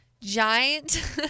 giant